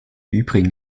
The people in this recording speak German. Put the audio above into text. übrigen